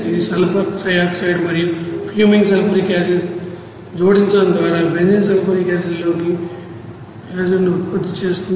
ఇది sulphur trioxide మరియు fuming sulphuric acid జోడించడం ద్వారా బెంజీన్ సల్ఫోనిక్ యాసిడ్ను ఉత్పత్తి చేస్తుంది